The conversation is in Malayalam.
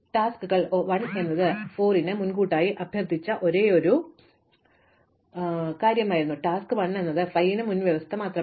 അതിനാൽ ടാസ്ക്കുകൾ 1 എന്നത് 4 ന് മുൻകൂട്ടി അഭ്യർത്ഥിച്ച ഒരേയൊരു കാര്യമായിരുന്നു ടാസ്ക് 1 എന്നത് 5 ന് മുൻവ്യവസ്ഥ മാത്രമാണ്